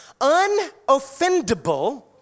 unoffendable